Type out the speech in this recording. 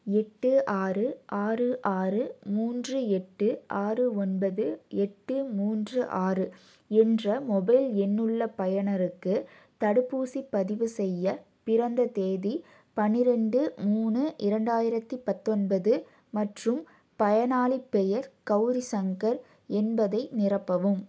எட்டு ஆறு ஆறு ஆறு மூன்று எட்டு ஆறு ஒன்பது எட்டு மூன்று ஆறு என்ற மொபைல் எண்ணுள்ள பயனருக்கு தடுப்பூசி பதிவு செய்ய பிறந்ததேதி பன்னிரெண்டு மூணு இரண்டாயிரத்தி பத்தொன்பது மற்றும் பயனாளி பெயர் கௌரிசங்கர் என்பதை நிரப்பவும்